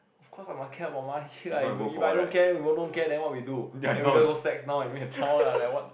of course I must care about money lah if you if I don't care if we all don't care then what we do then we then just go sex now and make a child lah like what